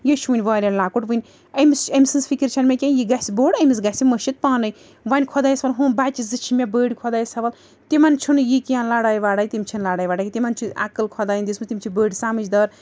یے چھُ وٕنۍ واریاہ لۄکُٹ وٕنۍ أمِس أمۍ سٕنٛز فِکر چھَنہٕ مےٚ کیٚنٛہہ یہِ گژھِ بوٚڈ أمِس گژھِ مٔشِد پانَے وۄنۍ خۄدایَس حوال ہُم بَچہِ زٕ چھِ مےٚ بٔڑۍ خۄدایَس حوال تِمَن چھُنہٕ یہِ کیٚنٛہہ لڑٲے وَڑٲے تِم چھِنہٕ لڑٲے وَڑٲے تِمَن چھِ عقل خۄدایَن دِژمٕژ تِم چھِ بٔڑۍ سَمٕجھدار